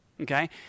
Okay